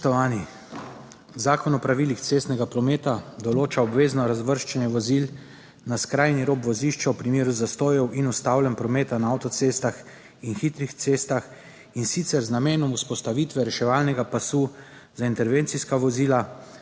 Spoštovani! Zakon o pravilih cestnega prometa določa obvezno razvrščanje vozil na skrajni rob vozišča v primeru zastojev in ustavljanj prometa na avtocestah in hitrih cestah, in sicer z namenom vzpostavitve reševalnega pasu za intervencijska vozila,